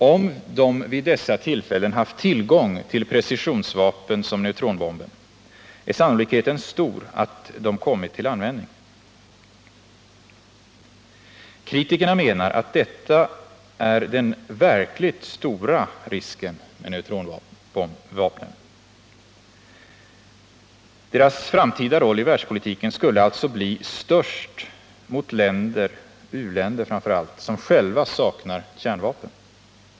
Om de vid dessa tillfällen haft tillgång till precisionsvapen som neutronbomben, är sannolikheten stor för att de kommit till användning. Kritikerna menar att detta är den verkligt stora risken med neutronbomben. Dess framtida roll i världspolitiken skulle alltså bli störst mot länder — uländer framför allt — som själva saknar kärnvapen.